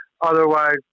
Otherwise